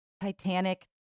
titanic